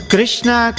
Krishna